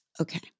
Okay